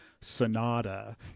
Sonata